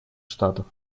штатов